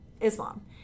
Islam